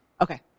Okay